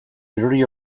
erori